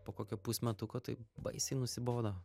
po kokio pusmetuko tai baisiai nusibodo